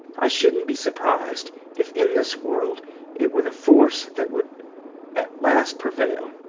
i shouldn't be surprised if in this world it were the force that would at last prevail.